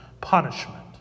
punishment